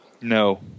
No